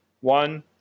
One